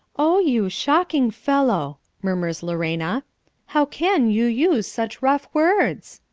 oh, you shocking fellow! murmurs lorena how can you use such rough words?